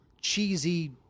cheesy